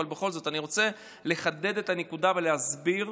בכל זאת אני רוצה לחדד את הנקודה ולהסביר.